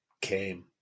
came